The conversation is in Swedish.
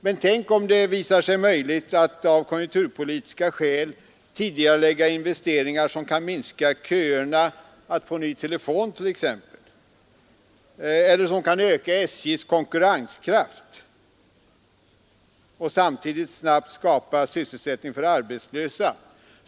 Men tänk om det visar sig möjligt att av konjunkturpolitiska skäl tidigarelägga investeringar som kan minska köerna för att få ny telefon, t.ex., eller som kan öka SJ:s konkurrenskraft och samtidigt snabbt skapa sysselsättning för arbetslösa!